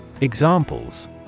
Examples